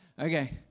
Okay